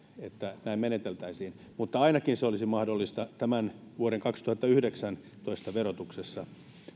että näin meneteltäisiin mutta ainakin se olisi mahdollista tämän vuoden kaksituhattayhdeksäntoista verotuksessa